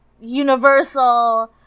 universal